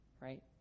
right